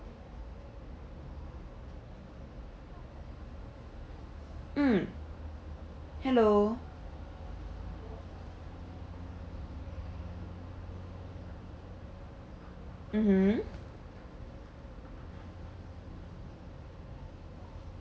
mm hello mmhmm